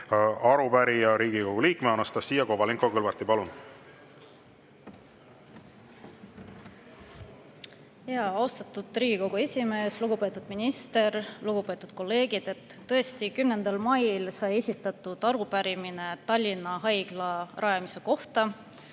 arupärija, Riigikogu liikme Anastassia Kovalenko-Kõlvarti. Palun! Austatud Riigikogu esimees! Lugupeetud minister! Lugupeetud kolleegid! Tõesti, 10. mail sai esitatud arupärimine Tallinna Haigla rajamise kohta,